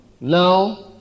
Now